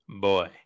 Boy